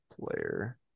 Player